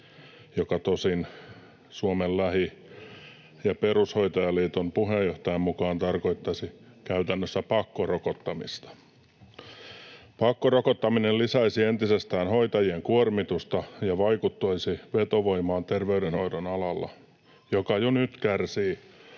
joka tosin Suomen lähi‑ ja perushoitajaliiton puheenjohtajan mukaan tarkoittaisi käytännössä pakkorokottamista. Pakkorokottaminen lisäisi entisestään hoitajien kuormitusta ja vaikuttaisi vetovoimaan terveydenhoidon alalla, joka jo nyt kärsii